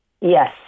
Yes